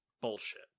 bullshit